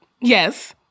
Yes